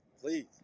please